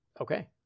Okay